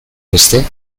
beste